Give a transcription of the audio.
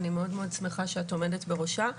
אני מאוד מאוד שמחה שאת עומדת בראשה.